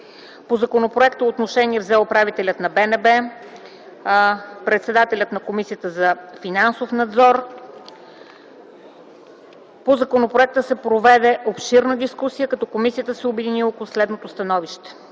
По законопроекта отношение взе управителят на БНБ, председателят на Комисията за финансов надзор. По законопроекта се проведе обширна дискусия като комисията се обедини около следното становище: